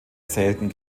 selten